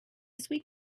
sweet